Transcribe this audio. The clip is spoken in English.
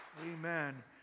Amen